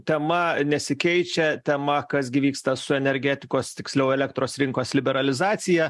tema nesikeičia tema kas gi vyksta su energetikos tiksliau elektros rinkos liberalizacija